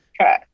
Okay